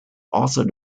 also